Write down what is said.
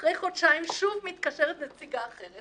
אחרי חודשיים שוב מתקשרת נציגה אחרת